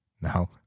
No